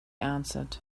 answered